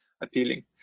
appealing